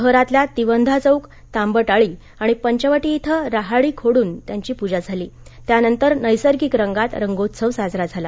शहरातल्या तिवंधा चौक तांबट आळी आणि पंचवटी इथं राहाडी खोड़न त्यांची पजा झाली त्यांनतर नैसर्गिक रंगात रंगोत्सव साजरा झाला